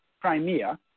Crimea